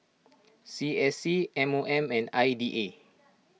C S C M O M and I D A